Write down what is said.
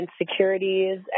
insecurities